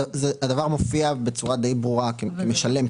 הדבר מופיע בצורה די ברורה כמשלם,